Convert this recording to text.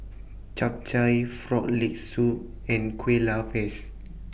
Chap Chai Frog Leg Soup and Kuih Lopes